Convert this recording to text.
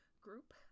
group